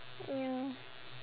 ya